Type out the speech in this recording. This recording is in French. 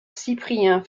cyprien